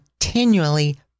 continually